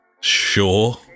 Sure